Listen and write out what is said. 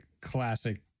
classic